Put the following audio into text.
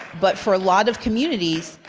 but for a lot of communities,